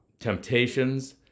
temptations